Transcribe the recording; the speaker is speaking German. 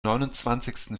neunundzwanzigsten